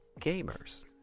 gamers